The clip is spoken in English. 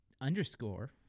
underscore